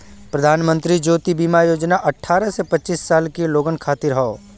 प्रधानमंत्री जीवन ज्योति बीमा योजना अठ्ठारह से पचास साल के लोगन खातिर हौ